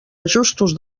ajustos